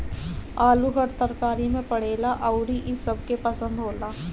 आलू हर तरकारी में पड़ेला अउरी इ सबके पसंद होला